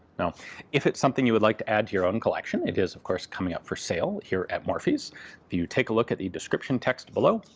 now if it's something you would like to add to your own collection, it is of course coming up for sale here at morphy's. if you take a look at the description text below,